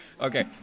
Okay